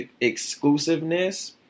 exclusiveness